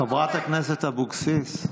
חברת הכנסת אבקסיס.